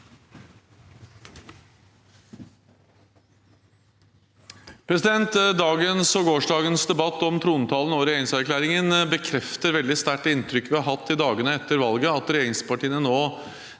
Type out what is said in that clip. Dagens og gårsda- gens debatt om trontalen og regjeringserklæringen bekrefter veldig sterkt det inntrykket vi har hatt i dagene etter valget, at regjeringspartiene nå